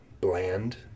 bland